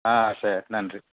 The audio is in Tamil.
ஆ சரி நன்றி